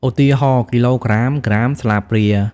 ឧទាហរណ៍៖ គីឡូក្រាម ក្រាម ស្លាបព្រា។